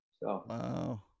Wow